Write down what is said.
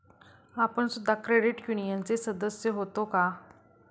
आपण सुद्धा क्रेडिट युनियनचे सदस्य होता का?